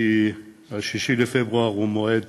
כי 6 בפברואר הוא המועד